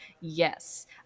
Yes